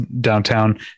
downtown